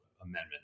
amendment